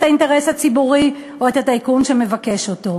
האינטרס הציבורי או את הטייקון שמבקש אותו.